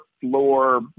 floor